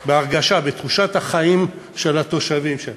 בהרגשה, בתחושת החיים של התושבים.